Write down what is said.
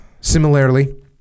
Similarly